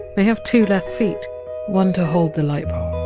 they have two left feet one to hold the lightbulb,